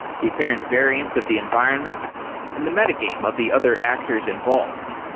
the apparent variance of the environment and the meta-game of the other actors involved.